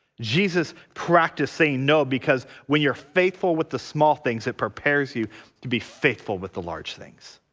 jesus practice saying no because when you're faithful with the small things it prepares you to be faithful with the large things.